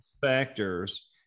factors